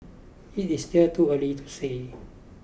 it is still too early to say